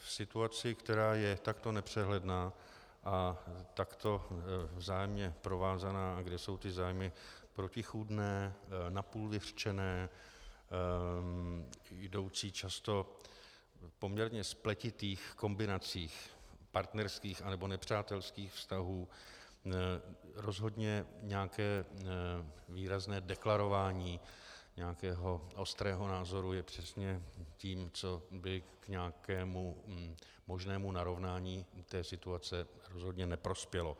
V situaci, která je takto nepřehledná a takto vzájemná provázaná a kde jsou zájmy protichůdné, napůl vyřčené, jdoucí často v poměrně spletitých kombinacích partnerských a nebo nepřátelských vztahů, rozhodně nějaké výrazné deklarování nějakého ostrého názoru je přesně tím, co by nějakému možnému narovnání situace rozhodně neprospělo.